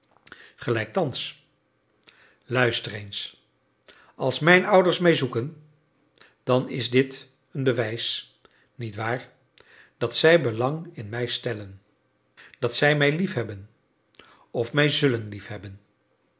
gelijk thans luister eens als mijn ouders mij zoeken dan is dit een bewijs niet waar dat zij belang in mij stellen dat zij mij liefhebben of mij zullen liefhebben